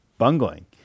bungling